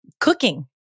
cooking